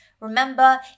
Remember